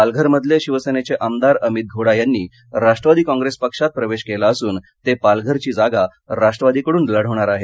पालघरमधले शिवसेनेचे आमदार अमित घोडा यांनी राष्ट्रवादी काँग्रेस पक्षात प्रवेश केला असून ते पालघरची जागा राष्ट्रवादीकडून लढवणार आहेत